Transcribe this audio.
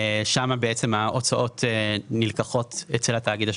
שם ההוצאות נלקחות אצל התאגיד השקוף.